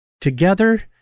together